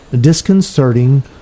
disconcerting